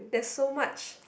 there is so much